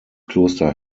kloster